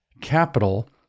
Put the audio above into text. capital